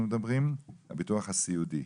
אנחנו מדברים על הביטוח הסיעודי.